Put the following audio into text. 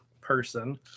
person